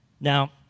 Now